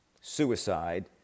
suicide